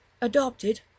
adopted